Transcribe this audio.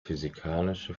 physikalische